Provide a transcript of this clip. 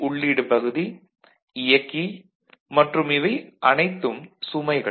இவை உள்ளீடு பகுதி இயக்கி மற்றும் இவை அனைத்தும் சுமைகள்